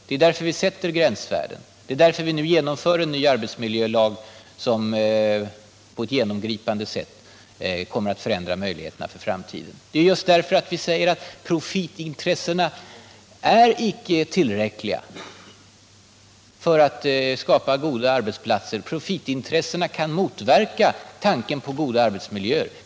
Det är därför vi sätter gränsvärden. Och det är därför vi nu genomför en ny arbetsmiljölag, som på ett genomgripande sätt kommer att förändra möjligheterna för framtiden. Det gör vi just därför att vi säger att profitintressena inte är tillräckliga för att skapa goda arbetsplatser; profitintressena kan motverka tanken på goda arbetsmiljöer.